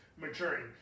maturing